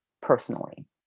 personally